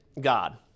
God